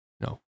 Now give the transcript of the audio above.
No